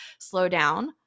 slowdown